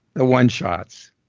the one-shots,